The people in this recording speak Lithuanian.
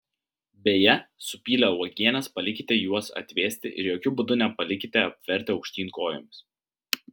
beje supylę uogienes palikite juos atvėsti ir jokiu būdu nepalikite apvertę aukštyn kojomis